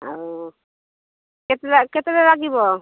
ଆଉ କେତେ ଟା କେତେ ଟା ଲାଗିବ